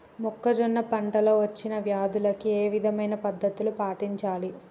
మొక్కజొన్న పంట లో వచ్చిన వ్యాధులకి ఏ విధమైన పద్ధతులు పాటించాలి?